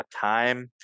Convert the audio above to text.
time